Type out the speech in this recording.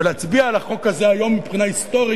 ולהצביע על החוק הזה היום מבחינה היסטורית,